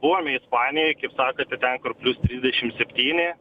buvome ispanijoj kaip sakote ten kur plius trisdešim septyni